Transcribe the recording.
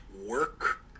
work